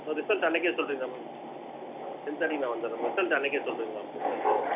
ma'am result அன்றைக்கே சொல்கிறீங்களா ma'am ten தேர்ட்டிக்கு நான் வந்துடுறேன் மேம் ரிசல்ட் அன்றைக்கே சொல்கிறீங்களா மேம் ரிசெல்ட்டு